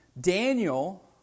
Daniel